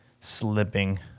slipping